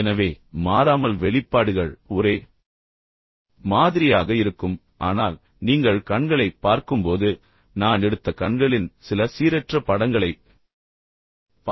எனவே மாறாமல் வெளிப்பாடுகள் ஒரே மாதிரியாக இருக்கும் ஆனால் நீங்கள் கண்களைப் பார்க்கும்போது நான் எடுத்த கண்களின் சில சீரற்ற படங்களைப் பாருங்கள் பின்னர் நான் இங்கே வைத்துள்ளேன்